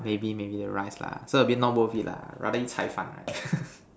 maybe maybe the rice lah so a bit not worth it lah I rather eat cai fan lah